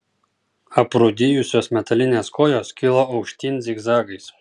aprūdijusios metalinės kojos kilo aukštyn zigzagais